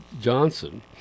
Johnson